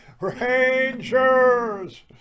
Rangers